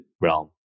realm